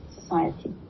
society